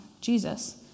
Jesus